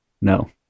No